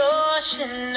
ocean